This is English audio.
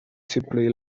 simply